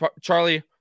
Charlie